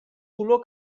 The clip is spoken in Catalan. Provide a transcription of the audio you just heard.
color